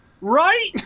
Right